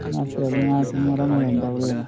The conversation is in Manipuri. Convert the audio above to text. ꯅꯠꯇ꯭ꯔꯗꯤ ꯃꯥ ꯁꯨꯝ ꯃꯔꯝ